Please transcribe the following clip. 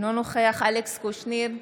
אינו נוכח אלכס קושניר,